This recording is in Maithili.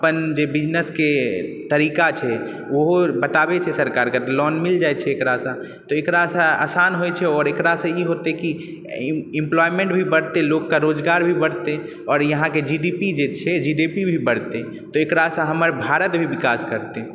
अपन जे बिजनेसके तरीका छै ओहो बताबैत छै सरकारकऽ लोन मिल जाइत छै एकरासँ एकरासँ आसान होइत छै आओर एकरासँ ई होतय की एम्पोलायमेंट भी बढ़तय लोककऽ रोजगार भी बढ़तय आओर यहाँके जी डी पी जे छै जी डी पी भी बढ़तै एकरासँ हमर भारत भी विकास करतय